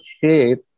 shape